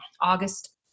August